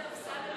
שלא